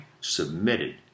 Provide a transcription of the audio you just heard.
submitted